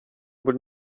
would